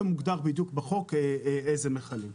ומוגדר בדיוק בחוק איזה מכלים.